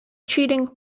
cheating